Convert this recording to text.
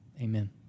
amen